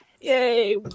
Yay